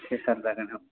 अके सार जागोन औ